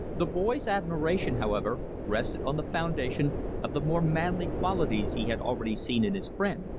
the boy's admiration, however, rested on the foundation of the more manly qualities he had already seen in his friend.